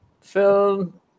film